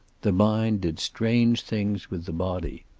the mind did strange things with the body.